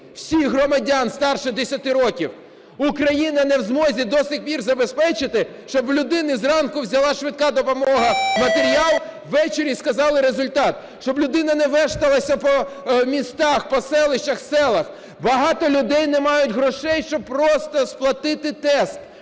всіх громадян старше 10 років. Україна не в змозі до цих пір забезпечити, щоб у людини зранку взяла швидка допомога матеріал, а ввечері сказали результат, щоб людина не вешталася по містах, по селищах, селах. Багато людей не мають грошей, щоб просто сплатити тест.